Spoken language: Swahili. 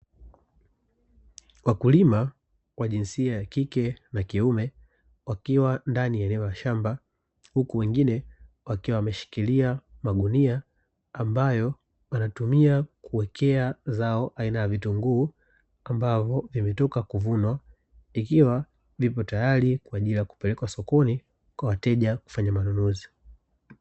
Wakulima wa jinsia ya kike na kiume wakiwa ndani ya eneo la shamba, huku wengine wakiwa wameshikilia magunia ambayo wanatumia kuwekea zao aina ya vitunguu, ambavyo vimetoka kuvunwa, vikiwa vipo tayari kwa ajili ya kupelekwa sokoni, kwa wateja kufanya manunuzi.